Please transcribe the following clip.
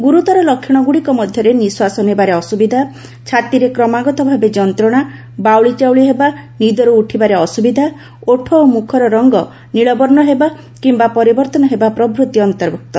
ଗୁରୁତର ଲକ୍ଷଣଗୁଡ଼ିକ ମଧ୍ୟରେ ନିଶ୍ୱାସ ନେବାରେ ଅସୁବିଧା ଛାତିରେ କ୍ରମାଗତ ଭାବେ ଯନ୍ତ୍ରଣା ବାଉଳିଚାଉଳି ହେବା ନିଦରୁ ଉଠିବାରେ ଅସୁବିଧା ଓଠ ଓ ମୁଖର ରଙ୍ଗ ନୀଳବର୍ଣ୍ଣ ହେବା କିମ୍ବା ପରିବର୍ତ୍ତନ ହେବା ପ୍ରଭୃତି ଅନ୍ତର୍ଭୁକ୍ତ